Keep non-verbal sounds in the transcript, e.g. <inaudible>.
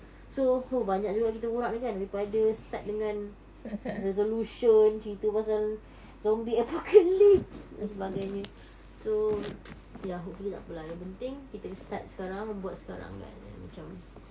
so !fuh! banyak juga kita borak ni kan daripada start dengan resolution cerita pasal zombie apocalypse <laughs> dan sebagainya so <noise> ya hopefully takpe lah yang penting kita start sekarang buat sekarang macam